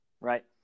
Right